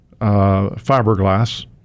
fiberglass